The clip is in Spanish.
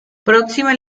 próximas